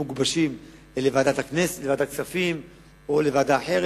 יעבור לוועדת הכספים או לוועדה אחרת,